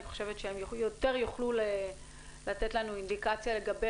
אני חושבת שהם יוכלו לתת לנו אינדיקציה לגבי